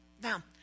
Now